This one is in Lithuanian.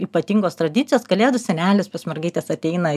ypatingos tradicijos kalėdų senelis pas mergaites ateina